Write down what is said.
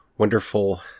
Wonderful